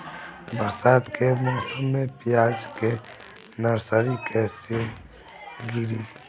बरसात के मौसम में प्याज के नर्सरी कैसे गिरी?